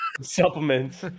supplements